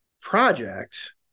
project